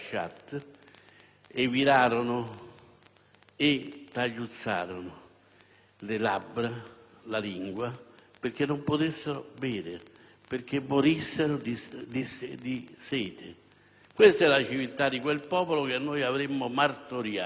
e a cui tagliuzzarono le labbra e la lingua perché non potessero bere, perché morissero di sete. Questa è la civiltà di quel popolo che noi avremmo martoriato.